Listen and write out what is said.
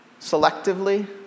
selectively